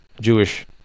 Jewish